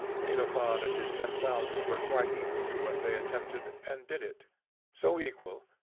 xenophon and his ten thousand were quite equal to what they attempted, and did it so equal,